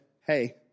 hey